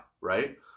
right